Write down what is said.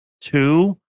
two